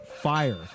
fire